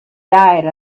diet